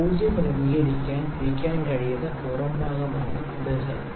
0 ക്രമീകരിക്കാൻ തിരിക്കാൻ കഴിയുന്ന പുറം ഭാഗമാണ് ബെസെൽ